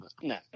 No